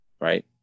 right